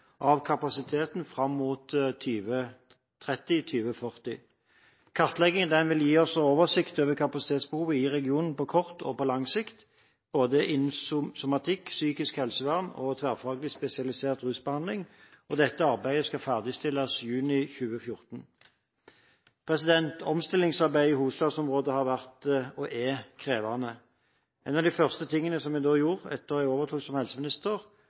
av kapasiteten fram mot 2030–2040. Kartleggingen vil gi oss oversikt over kapasitetsbehovet i regionen på kort og på lang sikt, innen både somatikk, psykisk helsevern og tverrfaglig spesialisert rusbehandling. Dette arbeidet skal ferdigstilles i juni 2014. Omstillingsarbeidet i hovedstadsområdet har vært og er krevende. Noe av det første jeg gjorde etter at jeg overtok som helseminister,